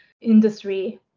industry